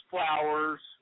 Flowers